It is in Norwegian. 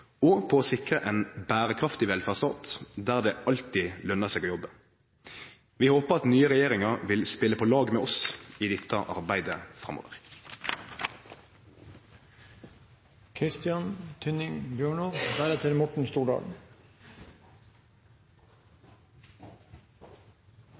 og for å sikre ein berekraftig velferdsstat der det alltid løner seg å jobbe. Vi håpar at den nye regjeringa vil spele på lag med oss i dette arbeidet